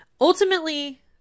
Ultimately